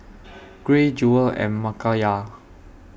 Gray Jewel and Makayla